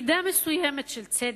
במידה מסוימת של צדק,